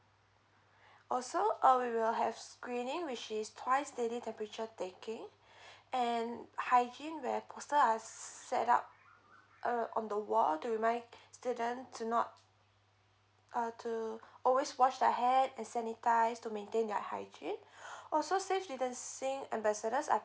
oh so uh we will have screening which twice daily temperature taking and hygiene where poster are set up uh on the wall to remind student to not uh to always wash their hand and sanitise to maintain their hygiene also safe distancing ambassadors are